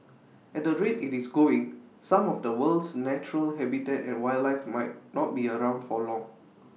at the rate IT is going some of the world's natural habitat and wildlife might not be around for long